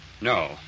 No